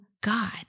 God